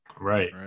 Right